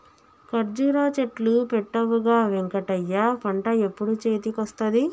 కర్జురా చెట్లు పెట్టవుగా వెంకటయ్య పంట ఎప్పుడు చేతికొస్తది